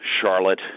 Charlotte